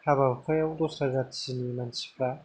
हाबा हुखायाव दस्रा जाथिनि मानसिफ्रा